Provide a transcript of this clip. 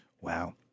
Wow